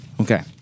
Okay